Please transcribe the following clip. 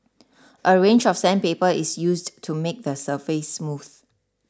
a range of sandpaper is used to make the surface smooth